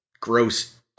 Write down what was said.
gross